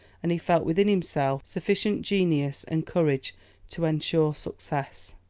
and he felt within himself sufficient genius and courage to ensure success.